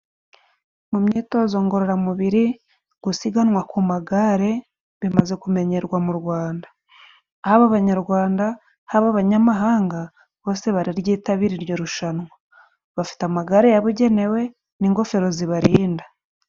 Mu myitozo ngororamubiri gusiganwa ku magare bimaze kumenyerwa mu Rwanda, haba abanyarwanda, haba abanyamahanga bose bararyitabira iryo rushanwa, bafite amagare yabugenewe n'ingofero zibarinda.